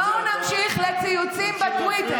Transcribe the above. בואו נמשיך לציוצים בטוויטר.